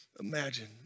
imagine